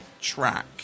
track